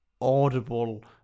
audible